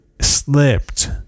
slipped